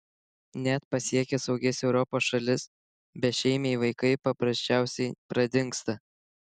net pasiekę saugias europos šalis bešeimiai vaikai paprasčiausiai pradingsta